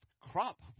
Crop